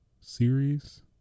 series